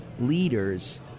leaders